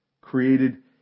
created